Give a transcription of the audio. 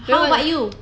how about you